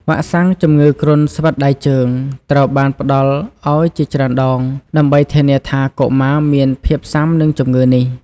វ៉ាក់សាំងជំងឺគ្រុនស្វិតដៃជើងត្រូវបានផ្តល់ឱ្យជាច្រើនដង ដើម្បីធានាថាកុមារមានភាពស៊ាំនឹងជម្ងឺនេះ។